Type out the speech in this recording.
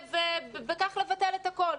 וכך לבטל את הכול.